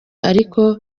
ariko